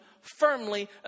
firmly